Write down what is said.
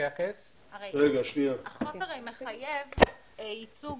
החוק הרי מחייב ייצוג